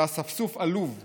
ואספסוף עלוב לעם,